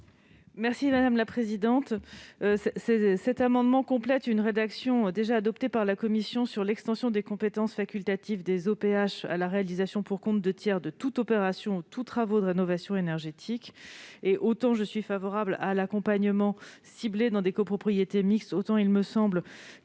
l'avis du Gouvernement ? Cet amendement vise à compléter la rédaction adoptée en commission sur l'extension des compétences facultatives des OPH à la réalisation pour le compte de tiers de toutes opérations ou tous travaux de rénovation énergétique. Autant je suis favorable à l'accompagnement ciblé dans des copropriétés mixtes, autant il me semble